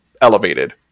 elevated